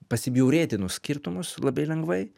pasibjaurėtinus skirtumus labai lengvai